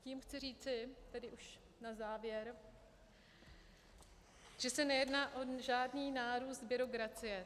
Tím chci říci, tedy už na závěr, že se nejedná o žádný nárůst byrokracie.